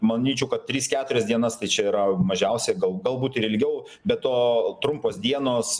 manyčiau kad tris keturias dienas tai čia yra mažiausia gal galbūt ir ilgiau be to trumpos dienos